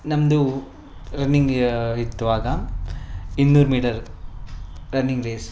ನಮ್ಮದು ರನ್ನಿಂಗ್ ಇತ್ತು ಆಗ ಇನ್ನೂರು ಮೀಟರ್ ರನ್ನಿಂಗ್ ರೇಸ್